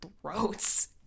throats